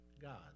God